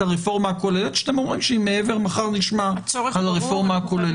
הרפורמה הכוללת שאתם אומרים שמחר נשמע על הרפורמה הכוללת.